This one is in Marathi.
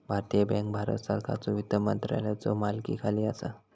भारतीय बँक भारत सरकारच्यो वित्त मंत्रालयाच्यो मालकीखाली असा